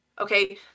okay